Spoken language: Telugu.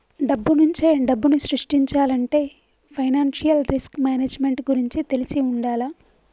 డబ్బునుంచే డబ్బుని సృష్టించాలంటే ఫైనాన్షియల్ రిస్క్ మేనేజ్మెంట్ గురించి తెలిసి వుండాల